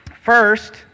First